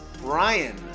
Brian